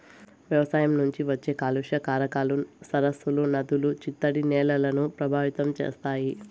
వ్యవసాయం నుంచి వచ్చే కాలుష్య కారకాలు సరస్సులు, నదులు, చిత్తడి నేలలను ప్రభావితం చేస్తాయి